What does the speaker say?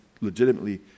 legitimately